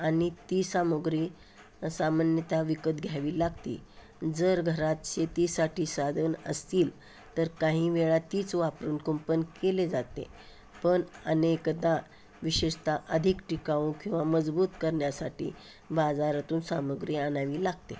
आणि ती सामुग्री सामान्यतः विकत घ्यावी लागती जर घरात शेतीसाठी साधन असतील तर काही वेळा तीच वापरून कुंपण केले जाते पण अनेकदा विशेषतः अधिक टिकाऊ किंवा मजबूत करण्यासाठी बाजारातून सामग्री आणावी लागते